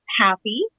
happy